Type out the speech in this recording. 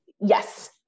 yes